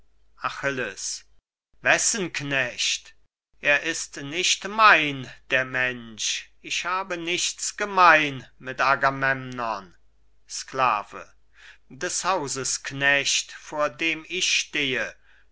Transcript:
achilles wessen knecht er ist nicht mein der mensch ich habe nichts gemein mit agamemnon sklave der hauses knecht vor dem ich stehe